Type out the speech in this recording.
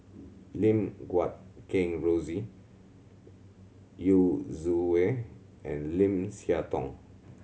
Lim Guat Kheng Rosie Yu Zhuye and Lim Siah Tong